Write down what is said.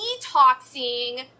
detoxing